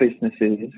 businesses